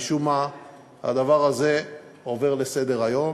משום מה בדבר הזה עוברים לסדר-היום,